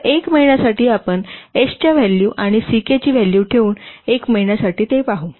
तर 1 महिन्यासाठी आपण S च्या व्हॅल्यू आणि Ck ची व्हॅल्यू ठेवून 1 महिन्यासाठी ते पाहू